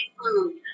food